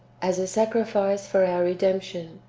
as a sacrifice for our redemption.